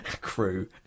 crew